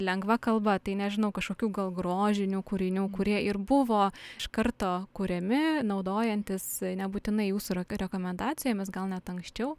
lengva kalba tai nežinau kažkokių gal grožinių kūrinių kurie ir buvo iš karto kuriami naudojantis nebūtinai jūsų ra rekomendacijomis gal net anksčiau